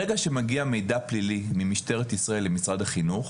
ברגע שמגיע מידע פלילי ממשטרת ישראל למשרד החינוך,